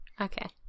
Okay